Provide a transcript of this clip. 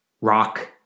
rock